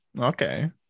okay